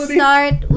start